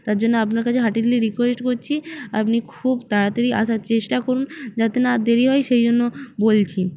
তার জন্য আপনার কাছে হার্টিলি রিকোয়েস্ট করছি আপনি খুব তাড়াতাড়ি আসার চেষ্টা করুন যাতে না আর দেরি হয় সেই জন্য বলছি